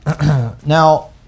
Now